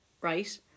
right